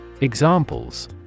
Examples